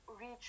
reach